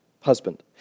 Husband